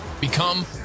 Become